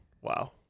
Wow